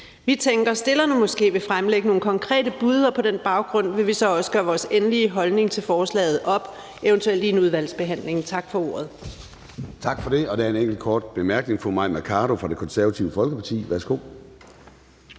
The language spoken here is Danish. at forslagsstillerne måske vil fremlægge nogle konkrete bud, og på den baggrund vil vi så også gøres vores endelige holdning til forslaget op, eventuelt i en udvalgsbehandling. Tak for ordet.